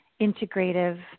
integrative